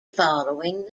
following